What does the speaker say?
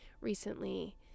recently